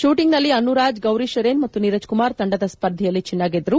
ಶೂಟಿಂಗ್ನಲ್ಲಿ ಅನ್ನುರಾಜ್ ಗೌರಿ ಶೆರೇನ್ ಮತ್ತು ನೀರಜ್ ಕುಮಾರ್ ತಂಡದ ಸ್ವರ್ಧೆಯಲ್ಲಿ ಚಿನ್ನ ಗೆದ್ದರು